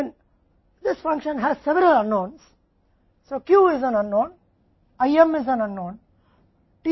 लेकिन तब इस फ़ंक्शन में कई अज्ञात हैं इसलिए Q एक अज्ञात है IM एक अज्ञात है